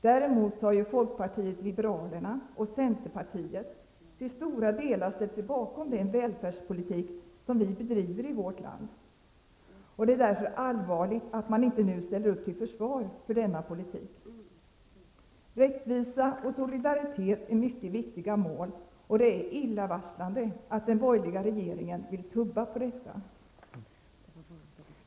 Däremot har ju folkpartiet liberalerna och centerpartiet till stora delar ställt sig bakom den välfärdspolitik som vi bedriver i vårt land. Det är därför allvarligt att man inte nu ställer upp till försvar för denna politik. Rättvisa och solidaritet är mycket viktiga mål, och det är illavarslande att den borgerliga regeringen vill tumma på detta.